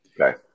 Okay